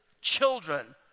children